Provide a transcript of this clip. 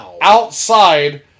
outside